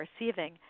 receiving